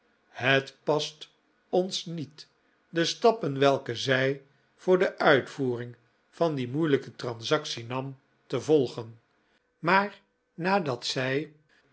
het past ons niet de stappen welke zij voor de uitvoering van die moeilijke transactie nam te volgen maar nadat zij